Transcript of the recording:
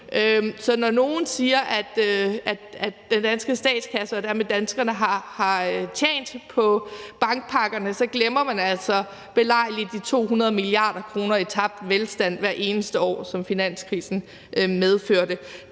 Så når nogen siger, at den danske statskasse og dermed danskerne har tjent på bankpakkerne, glemmer man altså belejligt de 200 mia. kr. i tabt velstand hvert eneste år, som finanskrisen medførte.